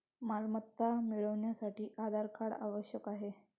मालमत्ता मिळवण्यासाठी आधार कार्ड आवश्यक आहे